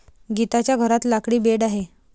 गीताच्या घरात लाकडी बेड आहे